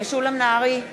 נגד איילת